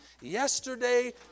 yesterday